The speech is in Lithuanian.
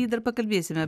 jį dar pakalbėsime